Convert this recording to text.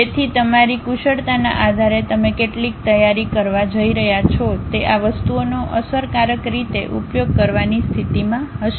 તેથી તમારી કુશળતાના આધારે તમે કેટલી તૈયાર કરવા જઇ રહ્યા છો તે આ વસ્તુઓનો અસરકારક રીતે ઉપયોગ કરવાની સ્થિતિમાં હશે